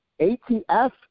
ATF